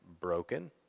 broken